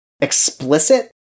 explicit